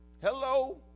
Hello